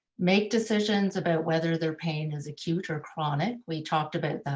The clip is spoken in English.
make decisions about whether their pain is acute or chronic. we talked about,